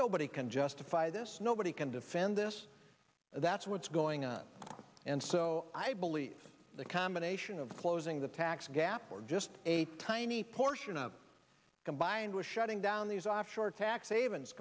nobody can justify this nobody can defend this and that's what's going on and so i believe the combination of closing the tax gap or just a tiny portion of combined with shutting down these offshore tax hav